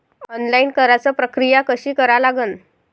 Online कराच प्रक्रिया कशी करा लागन?